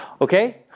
Okay